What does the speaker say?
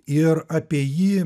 ir apie jį